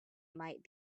might